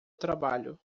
trabalho